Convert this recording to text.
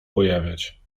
pojawiać